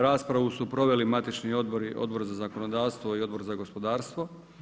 Raspravu su proveli matični odbori Odbor za zakonodavstvo i Odbor za gospodarstvo.